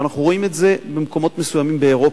ואנחנו רואים את זה במקומות מסוימים באירופה.